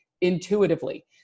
intuitively